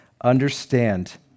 understand